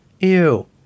Ew